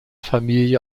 familie